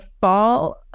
fall